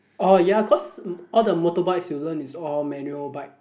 orh ya cause all the motor bikes you learn is all manual bike